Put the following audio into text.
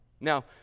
Now